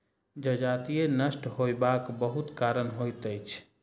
जजति नष्ट होयबाक बहुत कारण होइत अछि